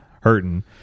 hurting